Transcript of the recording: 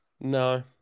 No